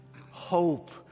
hope